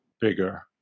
bigger